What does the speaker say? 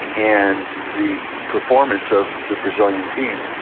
and the performance of the brazilian team.